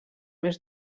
més